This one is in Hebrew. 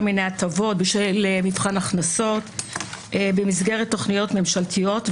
מיני הטבות בשל מבחן הכנסות במסגרת תכניות ממשלתיות,